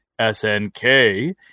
SNK